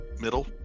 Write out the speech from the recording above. middle